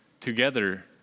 together